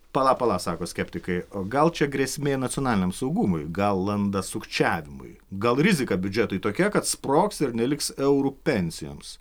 pala pala sako skeptikai o gal čia grėsmė nacionaliniam saugumui gal landa sukčiavimui gal rizika biudžetui tokia kad sprogs ir neliks eurų pensijoms